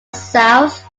south